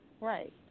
Right